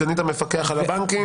סגנית המפקח על הבנקים,